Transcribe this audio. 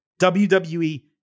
WWE